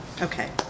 okay